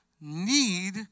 need